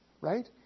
right